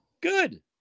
Good